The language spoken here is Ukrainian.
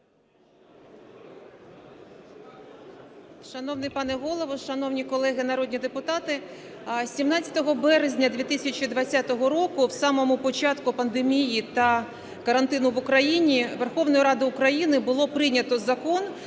Шановний пане Голово, шановні колеги народні депутати! 17 березня 2020 року, з самого початку пандемії та карантину в Україні, Верховною Радою України було прийнято закон,